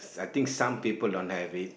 I think some people don't have it